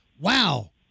wow